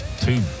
Two